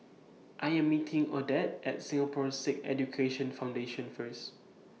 I Am meeting Odette At Singapore Sikh Education Foundation First